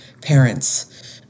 parents